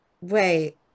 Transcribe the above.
wait